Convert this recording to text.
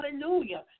Hallelujah